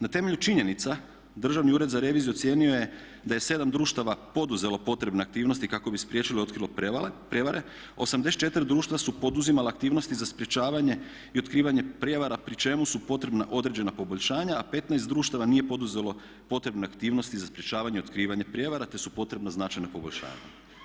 Na temelju činjenica Državni ured za reviziju ocijenio je da je 7 društava poduzelo potrebne aktivnosti kako bi spriječilo i otkrilo prevare, 84 društva su poduzimala aktivnosti za sprječavanje i otkrivanje prijevara pri čemu su potrebna određena poboljšanja, a 15 društava nije poduzelo potrebne aktivnosti za sprječavanje otkrivanja prijevara, te su potrebna značajna poboljšanja.